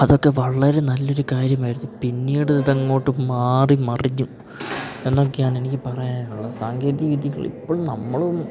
അതൊക്കെ വളരെ നല്ലൊരു കാര്യമായിരുന്നു പിന്നീട് ഇതങ്ങോട്ട് മാറി മറിഞ്ഞും എന്നൊക്കെയാണ് എനിക്ക് പറയാനുള്ളത് സാങ്കേതിക വിദ്യകൾ ഇപ്പോൾ നമ്മളും